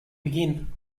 begin